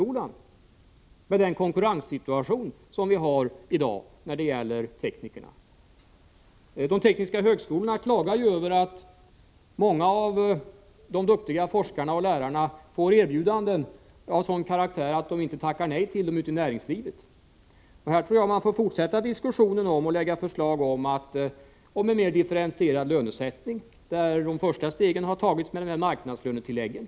högskolan i den konkurrenssituation som vi i dag har när det gäller R teknikerna. De tekniska högskolorna klagar över att många av de duktiga forskarna och lärarna får erbjudanden från näringslivet som är av sådan karaktär att de inte tackar nej till dem. Därför bör man fortsätta diskussionen och lägga fram förslag om en mer differentierad lönesättning, där det första steget har tagits genom marknadslönetilläggen.